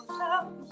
love